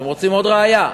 אתם רוצים עוד ראיה?